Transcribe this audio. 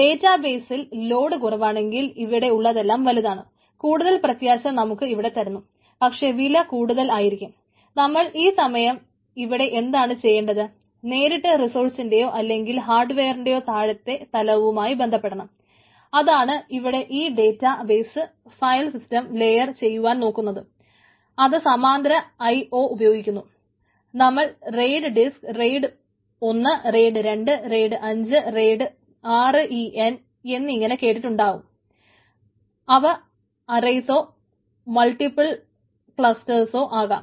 data ബെയ്സ്സിൽ load ആകാം